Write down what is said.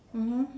mmhmm